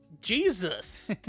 Jesus